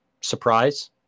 surprise